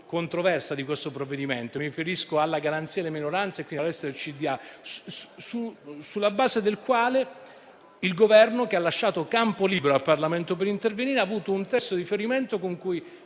controverso di questo provvedimento: mi riferisco alla garanzia delle minoranze nei consigli di amministrazione. Sulla base di tale emendamento il Governo, che ha lasciato campo libero al Parlamento per intervenire, ha avuto un testo di riferimento con cui